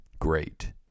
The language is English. Great